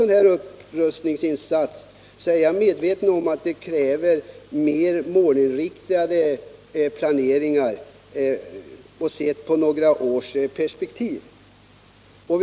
Jag är medveten om att en sådan här upprustningsinsats kräver mer långsiktig planering, några års perspektiv åtminstone.